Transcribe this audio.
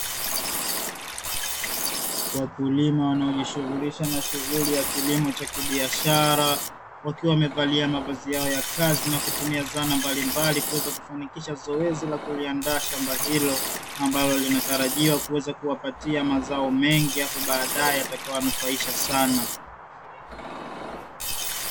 Wakulima wanaojishughulisha na shughuli ya kilimo cha kibiashara, wakiwa wamevalia mavazi yao ya kazi na kutumia zana mbali mbali kuweza kufanikisha zoezi la kuliandaa shamba hilo ambalo linatarajiwa kuweza kuwapatia mazao mengi hapo baadaye yatakayo wanufaisha sana.